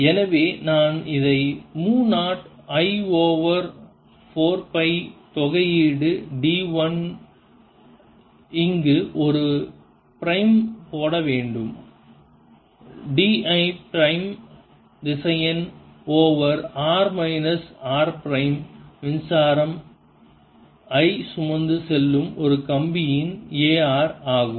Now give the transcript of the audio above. எனவே நான் இதை mu naught I over 4 pi தொகையீடு d 1 இங்கு ஒரு பிரைம் போட வேண்டும் d l பிரைம் திசையன் over r minus minus r prime மின்சாரம் I சுமந்து செல்லும் ஒரு கம்பியின் Ar ஆகும்